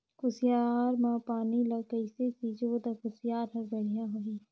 कुसियार मा पानी ला कइसे सिंचबो ता कुसियार हर बेडिया होही?